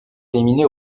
éliminé